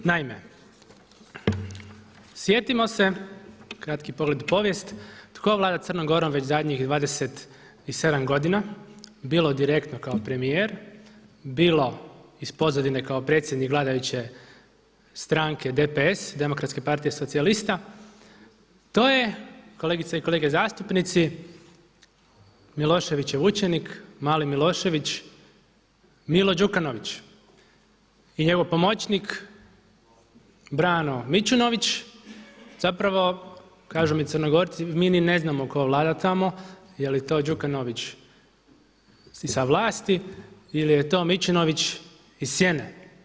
Naime, sjetimo se, kratki pogled u povijest, tko vlada Crnom Gorom već zadnjih 27 godina, bilo direktno kao premijer, bilo iz pozadine kao predsjednik vladajuće stranke DPS, Demokratske partije socijalista, to je kolegice i kolege zastupnici Miloševićev učenik, mali Milošević Milo Đukanović i njegov pomoćnik Brano Mičunović, zapravo kažu mi Crnogorci mi ni ne znamo tko vlada tamo jeli to Đukanović i sa vlasti ili je to Mičunović iz sjene.